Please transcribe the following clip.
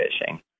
fishing